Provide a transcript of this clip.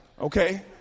Okay